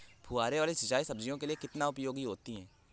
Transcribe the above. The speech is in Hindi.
फुहारे वाली सिंचाई सब्जियों के लिए अधिक उपयोगी होती है?